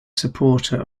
supporter